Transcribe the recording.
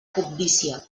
cobdícia